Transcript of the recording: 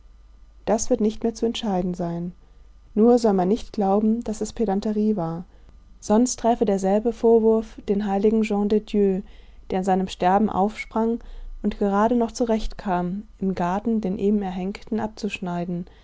das wird nicht mehr zu entscheiden sein nur soll man nicht glauben daß es pedanterie war sonst träfe derselbe vorwurf den heiligen jean de dieu der in seinem sterben aufsprang und gerade noch zurechtkam im garten den eben erhängten abzuschneiden